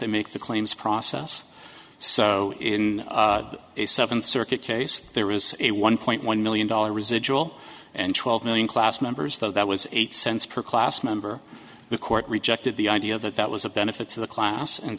they make the claims process so in a seventh circuit case there is a one point one million dollar residual and twelve million class members though that was eight cents per class member the court rejected the idea that that was a benefit to the class and